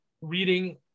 reading